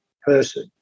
person